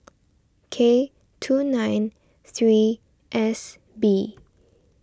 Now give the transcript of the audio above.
K two nine three S B